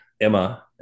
Emma